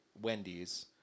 Wendy's